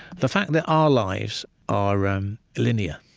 the fact that our lives are um linear,